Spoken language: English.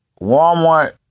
Walmart